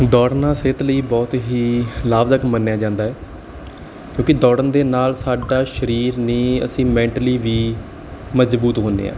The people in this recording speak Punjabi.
ਦੌੜਨਾ ਸਿਹਤ ਲਈ ਬਹੁਤ ਹੀ ਲਾਭਦਾਇਕ ਮੰਨਿਆ ਜਾਂਦਾ ਹੈ ਕਿਉਂਕਿ ਦੌੜਨ ਦੇ ਨਾਲ ਸਾਡਾ ਸਰੀਰ ਨਹੀਂ ਅਸੀਂ ਮੈਂਟਲੀ ਵੀ ਮਜਬੂਤ ਹੁੰਦੇ ਹਾਂ